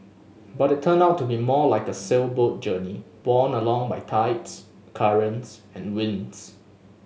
but it turned out to be more like a sailboat journey borne along by tides currents and winds